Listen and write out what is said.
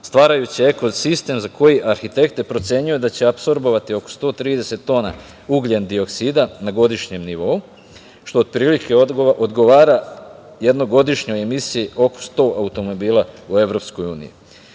stvarajući eko sistem koji arhitekte procenjuju da će apsorbovati oko 130 tona ugljendioksida na godišnjem nivou, što otprilike odgovara jednoj godišnjoj emisiji oko 100 automobila u EU.Da